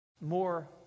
more